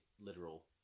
literal